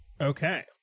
Okay